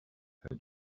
her